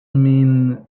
min